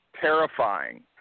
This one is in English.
terrifying